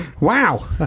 wow